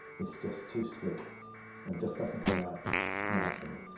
it's just to slick it just doesn't come out naturally.